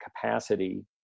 capacity